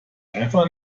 einfach